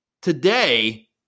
today